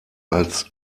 als